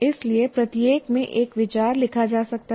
इसलिए प्रत्येक में एक विचार लिखा जा सकता है